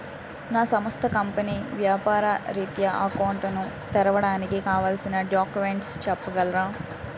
నా సంస్థ కంపెనీ వ్యాపార రిత్య అకౌంట్ ను తెరవడానికి కావాల్సిన డాక్యుమెంట్స్ చెప్పగలరా?